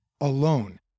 alone